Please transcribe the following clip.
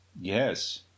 Yes